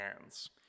hands